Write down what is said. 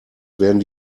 werden